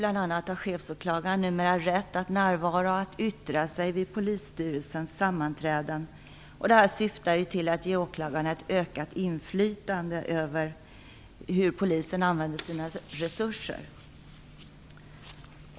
Bl.a. har chefsåklagaren numera rätt att närvara och yttra sig vid polisstyrelsens sammanträden. Den sistnämnda möjligheten är till för att ge åklagarna ett ökat inflytande över hur polisen använder sina resurser.